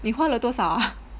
你花了多少